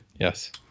Yes